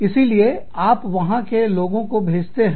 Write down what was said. इसीलिए आप वहां से लोगों को भेजते हैं